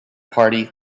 party